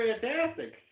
fantastic